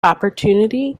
opportunity